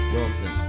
Wilson